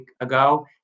ago